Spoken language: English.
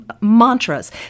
mantras